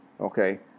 Okay